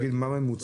רק תגיד מה הממוצע.